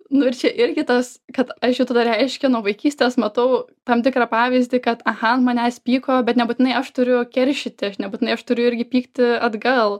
nu ir čia irgi tas kad aš jau tada reiškia nuo vaikystės matau tam tikrą pavyzdį kad aha ant manęs pyko bet nebūtinai aš turiu keršyti aš nebūtinai aš turiu irgi pykti atgal